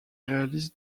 réalise